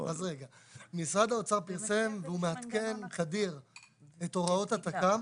משרד האוצר פרסם והוא מעדכן את הוראות התק"ם.